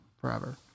forever